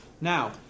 Now